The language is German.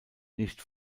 nicht